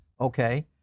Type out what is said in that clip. Okay